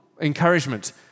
encouragement